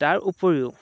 তাৰ উপৰিও